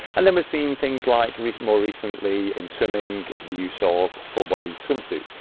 and then we've seen things like and more recently in swimming the use ah of full-body swimsuits,